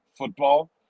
Football